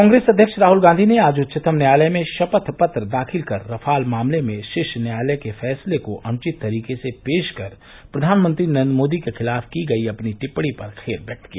कांग्रेस अध्यक्ष राहल गांधी ने आज उच्चतम न्यायालय में शपथ पत्र दाखिल कर रफाल मामले में शीर्ष न्यायालय के फैसले को अनुचित तरीके से पेश कर प्रधानमंत्री नरेंद्र मोदी के खिलाफ की गई अपनी टिप्पणी पर खेद व्यक्त किया